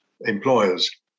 employers